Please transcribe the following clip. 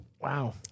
Wow